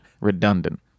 redundant